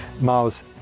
Miles